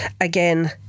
again